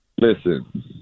listen